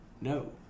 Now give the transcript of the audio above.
No